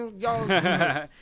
y'all